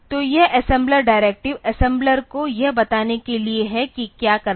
तो यह assembler directives assembler को यह बताने के लिए है कि क्या करना है